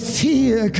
fear